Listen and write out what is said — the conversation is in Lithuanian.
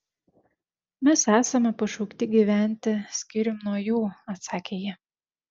mes esame pašaukti gyventi skyrium nuo jų atsakė ji